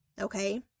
okay